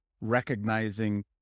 recognizing